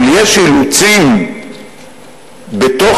אבל יש אילוצים שלא קיימים במקומות אחרים בתוך